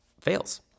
fails